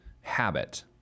habit